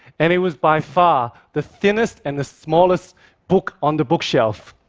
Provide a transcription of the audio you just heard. and it was by far the thinnest and the smallest book on the bookshelf.